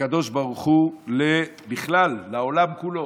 הקדוש ברוך הוא בכלל לעולם כולו.